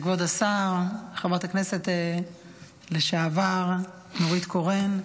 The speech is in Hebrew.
כבוד השר, חברת הכנסת לשעבר נורית קורן,